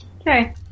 Okay